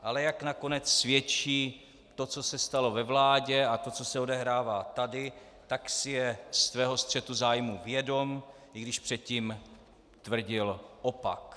Ale jak nakonec svědčí to, co se stalo ve vládě a co se odehrává tady, tak si je svého střetu zájmu vědom, i když předtím tvrdil opak.